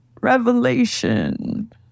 Revelation